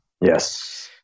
Yes